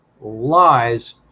lies